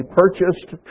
purchased